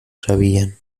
sabían